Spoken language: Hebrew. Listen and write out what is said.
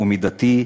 הוא מידתי,